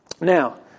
Now